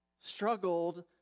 struggled